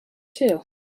too